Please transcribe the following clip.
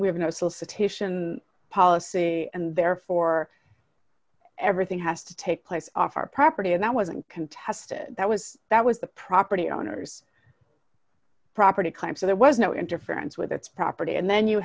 we have no solicitation policy and therefore everything has to take place off our property and that wasn't contested that was that was the property owners property crime so there was no interference with its property and then you